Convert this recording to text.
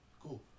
cool